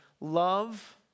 love